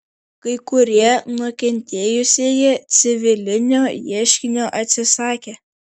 kai kurie nukentėjusieji civilinio ieškinio atsisakė